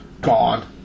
gone